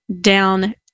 down